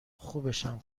خوبشم